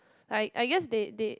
I I guess they they